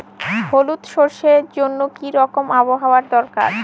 হলুদ সরষে জন্য কি রকম আবহাওয়ার দরকার?